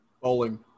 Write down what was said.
Bowling